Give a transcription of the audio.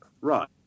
right